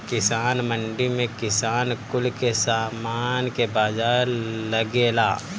किसान मंडी में किसान कुल के समान के बाजार लगेला